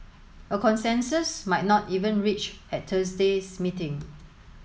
a consensus might not even reached at Thursday's meeting